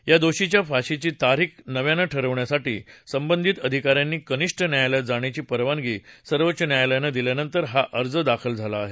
या दोषींच्या फाशीची तारीख नव्यानं ठरवण्यासाठी संदंधित अधिका यांनी कनिष्ठ न्यायालयात जाण्याची परवानगी सर्वोच्च न्यायालयानं दिल्यानंतर हा अर्ज दाखला झाला आहे